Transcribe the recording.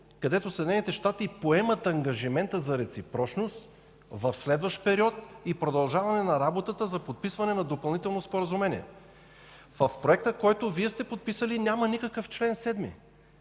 където Съединените щати поемат ангажимента за реципрочност в следващ период и продължаване на работата за подписване на допълнително Споразумение. В проекта, който Вие сте подписали, няма никакъв чл. 7.